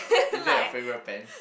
is that your favourite pens